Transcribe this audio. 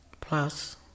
plus